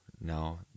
No